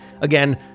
Again